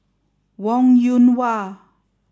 Wong Yoon Wah